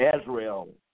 Israel